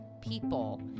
people